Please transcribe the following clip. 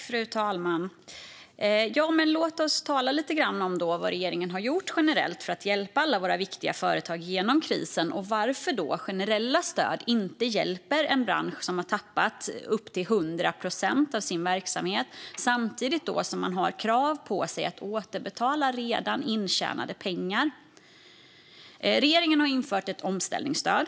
Fru talman! Låt oss tala lite grann om vad regeringen har gjort generellt för att hjälpa alla våra viktiga företag genom krisen och varför generella stöd inte hjälper en bransch som har tappat upp till 100 procent av sin verksamhet samtidigt som man har krav på sig att återbetala redan intjänade pengar. Regeringen har infört ett omställningsstöd.